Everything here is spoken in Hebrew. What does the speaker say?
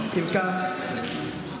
אם כך,